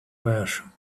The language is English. version